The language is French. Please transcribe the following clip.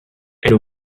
elle